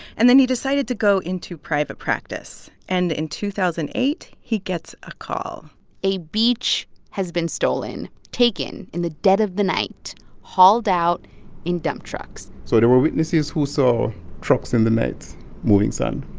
and then he decided to go into private practice. and in two thousand and eight, he gets a call a beach has been stolen, taken in the dead of the night, hauled out in dump trucks so there were witnesses who saw trucks in the night moving sand